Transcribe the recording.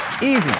Easy